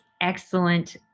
excellent